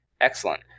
Excellent